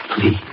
please